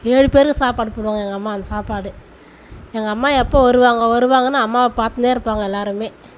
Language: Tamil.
ஏழு பேருக்கு சாப்பாடு போடுவாங்க எங்கள் அம்மா அந்த சாப்பாடு எங்கள் அம்மா எப்போது வருவாங்க வருவாங்கனு அம்மாவை பார்த்துனே இருப்பாங்க எல்லாேருமே